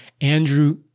Andrew